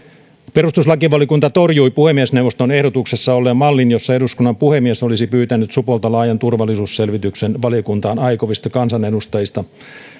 perustuslakivaliokunta torjui puhemiesneuvoston ehdotuksessa olleen mallin jossa eduskunnan puhemies olisi pyytänyt supolta laajan turvallisuusselvityksen valiokuntaan aikovista kansanedustajista